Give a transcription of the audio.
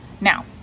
Now